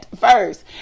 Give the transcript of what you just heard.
first